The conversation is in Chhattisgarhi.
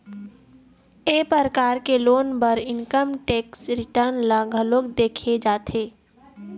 ए परकार के लोन बर इनकम टेक्स रिटर्न ल घलोक देखे जाथे